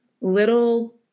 little